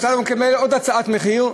אתה מקבל עוד הצעת מחיר,